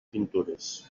pintures